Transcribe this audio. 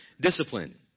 discipline